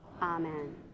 Amen